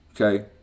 Okay